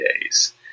days